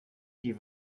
die